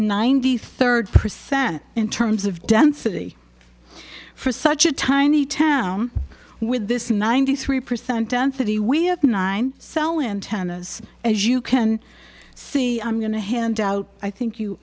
ninety third percent in terms of density for such a tiny town with this ninety three percent density we have nine cell in tennis as you can see i'm going to hand out i think you